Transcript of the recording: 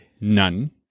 None